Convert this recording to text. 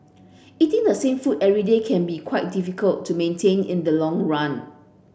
eating the same food every day can be quite difficult to maintain in the long run